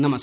नमस्कार